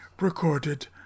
recorded